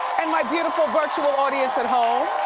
and my beautiful virtual audience at home.